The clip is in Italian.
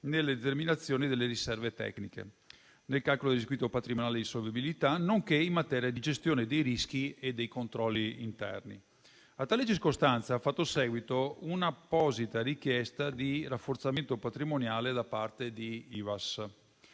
nelle determinazioni delle riserve tecniche, nel calcolo del requisito patrimoniale di solvibilità, nonché in materia di gestione dei rischi e dei controlli interni. A tale circostanza ha fatto seguito un'apposita richiesta di rafforzamento patrimoniale da parte di Ivass.